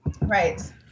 Right